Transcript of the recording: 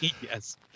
Yes